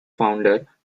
founder